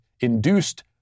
induced